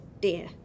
dear